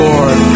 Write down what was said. Lord